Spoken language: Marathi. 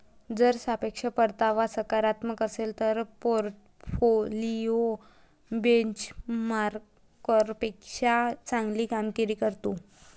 जर सापेक्ष परतावा सकारात्मक असेल तर पोर्टफोलिओ बेंचमार्कपेक्षा चांगली कामगिरी करतो